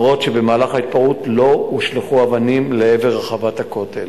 אף שבמהלך ההתפרעות לא הושלכו אבנים לעבר רחבת הכותל.